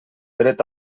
dret